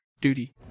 duty